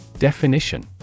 Definition